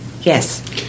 yes